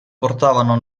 portavano